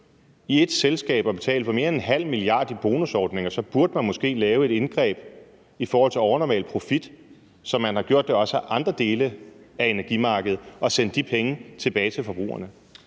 til at udbetale mere end 0,5 mia. kr. i bonusordninger, så burde man måske lave et indgreb i forhold til overnormal profit, som man også har gjort det i andre dele af energimarkedet, og sende de penge tilbage til forbrugerne.